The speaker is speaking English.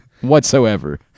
whatsoever